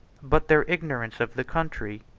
but their ignorance of the country,